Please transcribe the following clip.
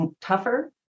tougher